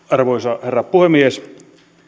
arvoisa herra puhemies